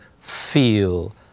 feel